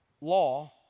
law